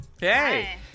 Hey